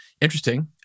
interesting